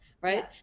Right